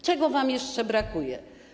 Czego wam jeszcze brakuje?